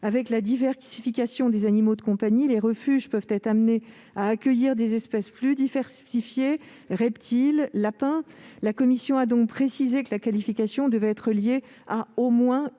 Avec la diversification des animaux de compagnie, les refuges peuvent être amenés à accueillir des espèces plus diversifiées, tels que les reptiles ou les lapins. La commission a donc précisé que la qualification devait être liée à au moins